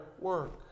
work